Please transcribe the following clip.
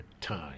time